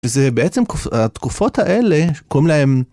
וזה בעצם התקופות האלה שקוראים להם..